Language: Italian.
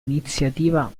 iniziativa